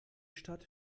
stadt